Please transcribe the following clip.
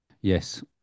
Yes